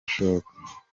ishoka